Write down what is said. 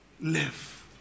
live